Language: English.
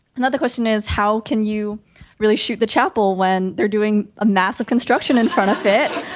another question is how can you really shoot the chapel when they're doing a massive construction in front of it?